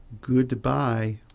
Goodbye